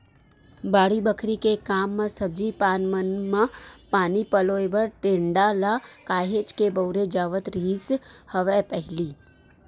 बाड़ी बखरी के काम म सब्जी पान मन म पानी पलोय बर टेंड़ा ल काहेच के बउरे जावत रिहिस हवय पहिली